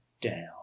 down